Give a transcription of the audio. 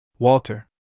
Walter